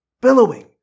billowing